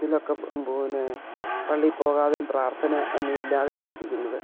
ഇതിലൊക്കെ പിന്നെ പള്ളിയിൽ പോകാതെയും പ്രാർത്ഥന ഒന്നുമില്ലാതെയൊക്കെ ഇരിക്കുന്നത്